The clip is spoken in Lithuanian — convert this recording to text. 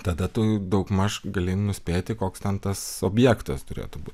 tada tu daugmaž gali nuspėti koks ten tas objektas turėtų būti